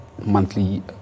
monthly